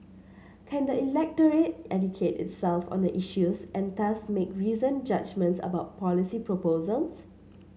can the electorate educate itself on the issues and thus make reasoned judgements about policy proposals